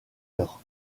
heure